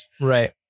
Right